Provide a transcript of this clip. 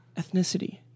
Ethnicity